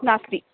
नास्ति